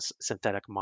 synthetic